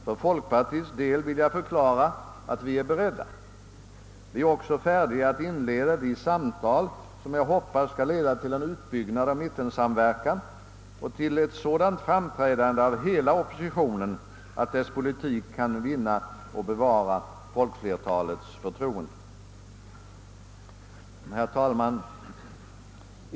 För folkpartiets del vill jag förklara att vi är beredda. Vi är också färdiga att inleda de samtal som jag hoppas skall leda till en utbyggnad av mittensamverkan och till ett sådant framträdande av hela oppositionen att dess politik kan vinna och bevara folkflertalets förtroende. Herr talman!